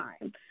time